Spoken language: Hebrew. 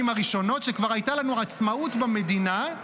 הראשונות שכבר הייתה לנו עצמאות במדינה,